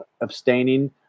abstaining